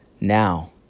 Now